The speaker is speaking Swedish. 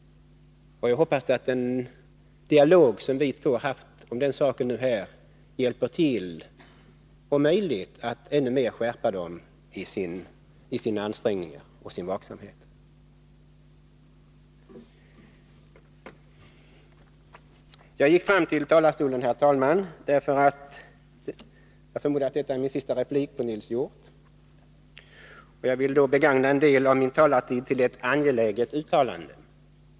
Jag hoppas att den dialog som vi två fört om den saken kommer att om möjligt hjälpa verket att skärpa sina ansträngningar och sin vaksamhet. Jag förmodar att detta är min sista replik till Nils Hjorth, och jag vill begagna en del av min taletid till ett angeläget uttalande.